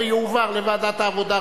לדיון מוקדם בוועדת העבודה,